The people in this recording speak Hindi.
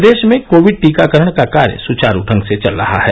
प्रदेश में कोविड टीकाकरण का कार्य सुचारू ढंग से चल रहा है